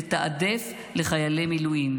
תעדף לחיילי מילואים,